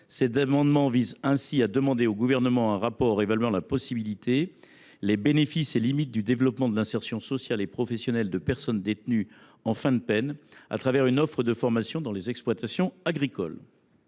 le taux de récidive. Ainsi, nous demandons au Gouvernement un rapport évaluant les bénéfices et limites du développement de l’insertion sociale et professionnelle de personnes détenues en fin de peine une offre de formation dans les exploitations agricoles.